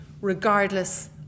regardless